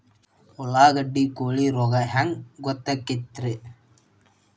ಉಳ್ಳಾಗಡ್ಡಿ ಕೋಳಿ ರೋಗ ಹ್ಯಾಂಗ್ ಗೊತ್ತಕ್ಕೆತ್ರೇ?